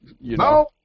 No